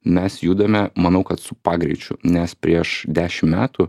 mes judame manau kad su pagreičiu nes prieš dešim metų